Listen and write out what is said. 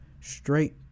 straight